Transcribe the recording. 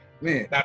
man